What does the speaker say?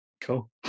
Cool